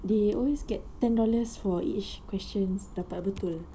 they always get ten dollars for each questions dapat betul